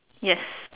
yes